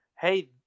hey